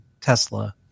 Tesla